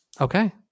Okay